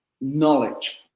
knowledge